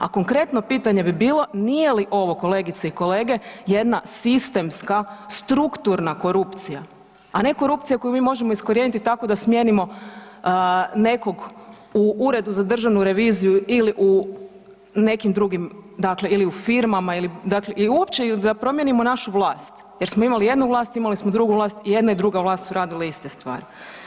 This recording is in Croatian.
A konkretno pitanje bi bilo, nije li ovo kolegice i kolege jedna sistemska, strukturna korupcija, a ne korupcija koju mi možemo iskorijeniti tako da smijenimo nekog u Uredu za državnu reviziju ili u nekim drugim ili u firmama ili da uopće promijenimo našu vlast jer smo imali jednu vlast, imali smo drugu vlast i jedna i druga vlast su radile iste stvari.